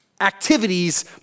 activities